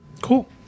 cool